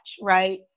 Right